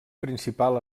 principal